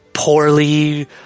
poorly